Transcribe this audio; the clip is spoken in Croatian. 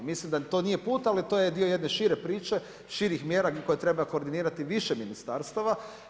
Mislim da to nije put, ali to je dio jedne šire priče, širih mjera, koje treba koordinirati više ministarstava.